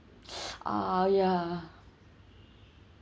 ah ya